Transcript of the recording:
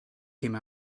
came